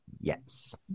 yes